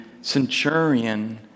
centurion